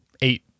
Eight